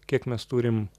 kiek mes turim